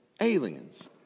aliens